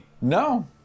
No